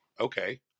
Okay